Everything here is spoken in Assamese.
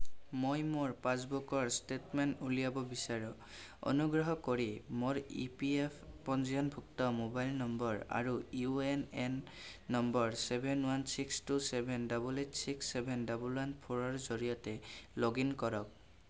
মই মোৰ পাছবুকৰ ষ্টেটমেণ্ট উলিয়াব বিচাৰোঁ অনুগ্ৰহ কৰি মোৰ ই পি এফ পঞ্জীয়নভুক্ত মোবাইল নম্বৰ আৰু ইউ এ এন এন নম্বৰ seven one six two seven double eight six seven double one ফ'ৰৰ জৰিয়তে লগ ইন কৰক